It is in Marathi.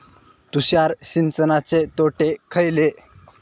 तुषार सिंचनाचे तोटे खयले?